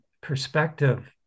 perspective